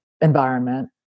environment